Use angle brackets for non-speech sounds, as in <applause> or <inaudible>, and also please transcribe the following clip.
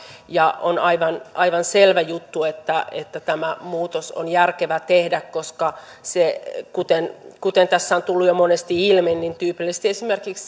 ja on aivan aivan selvä juttu että että tämä muutos on järkevää tehdä koska kuten kuten tässä on tullut jo monesti ilmi tyypillisesti esimerkiksi <unintelligible>